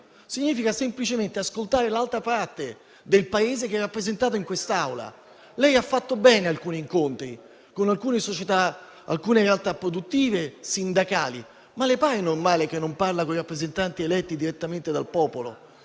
significa semplicemente ascoltare l'altra parte del Paese che è rappresentata in quest'Aula. Lei ha fatto bene alcuni incontri con alcune realtà produttive, sindacali, ma le pare normale che non parla con i rappresentanti eletti direttamente dal popolo?